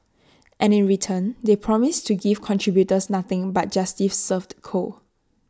and in return they promise to give contributors nothing but justice served cold